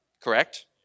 correct